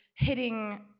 hitting